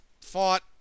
fought